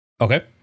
Okay